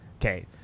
okay